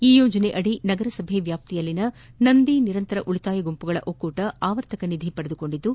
ಈ ಯೋಜನೆಯಡಿ ನಗರ ಸಭೆ ವ್ಯಾಪ್ತಿಯಲ್ಲಿನ ನಂದಿ ನಿರಂತರ ಉಳಿತಾಯ ಗುಂಮಗಳ ಒಕ್ಕೂಟ ಆವರ್ತಕ ನಿಧಿ ಪಡೆದುಕೊಂಡಿದ್ದು